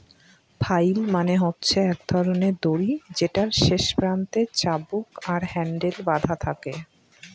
flail মানে হচ্ছে এক ধরনের দড়ি যেটার শেষ প্রান্তে চাবুক আর হ্যান্ডেল বাধা থাকে